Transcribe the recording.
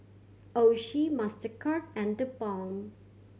Oishi Mastercard and TheBalm